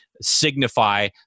signify